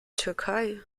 türkei